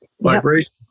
vibration